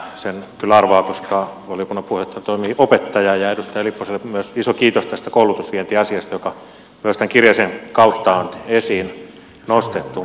sen kyllä arvaa koska valiokunnan puheenjohtajana toimii opettaja ja edustaja lipposelle myös iso kiitos tästä koulutusvientiasiasta joka myös tämän kirjasen kautta on esiin nostettu